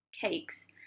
cakes